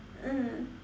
mm